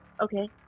Okay